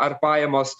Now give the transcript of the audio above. ar pajamos